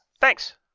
Thanks